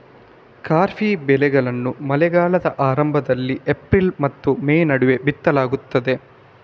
ಖಾರಿಫ್ ಬೆಳೆಗಳನ್ನು ಮಳೆಗಾಲದ ಆರಂಭದಲ್ಲಿ ಏಪ್ರಿಲ್ ಮತ್ತು ಮೇ ನಡುವೆ ಬಿತ್ತಲಾಗ್ತದೆ